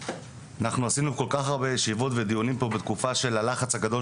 אנחנו עשינו כל כך הרבה ישיבות ודיונים פה בתקופה של הלחץ הגדול